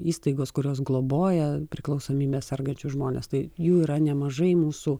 įstaigos kurios globoja priklausomybe sergančius žmones tai jų yra nemažai mūsų